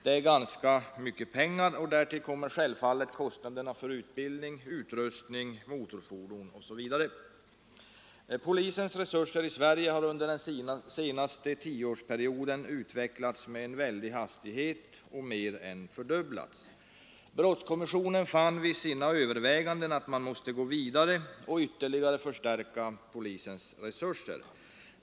Det är ganska mycket pengar, och därtill kommer självfallet kostnaderna för utbildning, utrustning, motorfordon osv. Polisens resurser i Sverige har under den senaste tioårsperioden utvecklats med en väldig hastighet; de har mer än fördubblats. Brottskommissionen fann vid sina överväganden att man måste gå vidare och ytterligare förstärka polisens resurser.